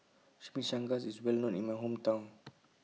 Chimichangas IS Well known in My Hometown